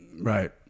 right